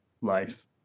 life